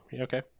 okay